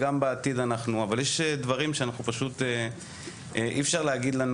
אבל יש דברים שפשוט אי אפשר להגיד לנו